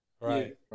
Right